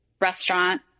restaurant